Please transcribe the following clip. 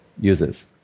users